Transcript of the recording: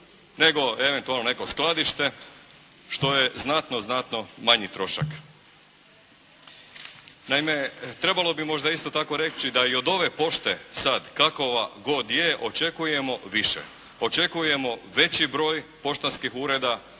nego eventualno neko skladište što je znatno manji trošak. Naime, trebalo bi možda isto tako reći da i od ove pošte sad kakova god je očekujemo više. Očekujemo veći broj poštanskih ureda,